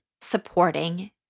supporting